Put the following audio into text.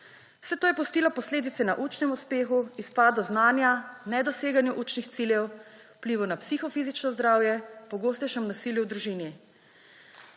Vse to je pustilo posledice na učnem uspehu, izpadu znanja, nedoseganju učnih ciljev, vplivu na psihofizično zdravje, pogostejšem nasilju v družini.